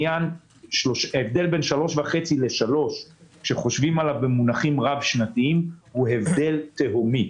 ההבדל בין 3.5% ל-3% כשחושבים עליו במונחים רב-שנתיים הוא הבדל תהומי.